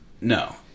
No